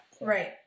Right